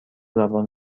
زبان